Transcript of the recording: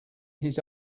his